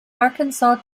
arkansas